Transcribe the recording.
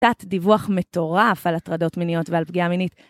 קצת דיווח מטורף על הטרדות מיניות ועל פגיעה מינית.